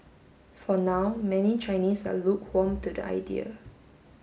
for now many Chinese are lukewarm to the idea